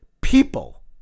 People